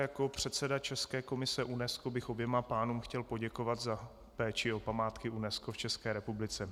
Jako předseda České komise pro UNESCO bych oběma pánům chtěl poděkovat za péči o památky UNESCO v České republice.